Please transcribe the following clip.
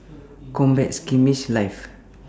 Combat Skirmish Live